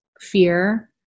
fear